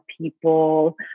people